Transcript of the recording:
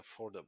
affordable